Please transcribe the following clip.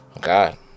God